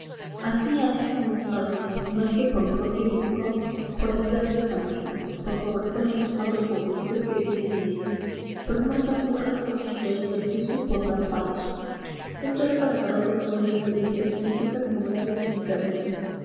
hacía esto nuestro adalid más que por propio lucro por ayudar a los amigos por favorecer a unos cuantos pobrecitos que vivían de ello por armar camorra con los empleados del fisco y por dar palos esto era para garrote fuente de delicias físicas y morales